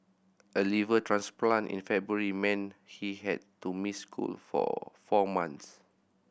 a liver transplant in February meant he had to miss school for four months